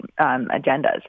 agendas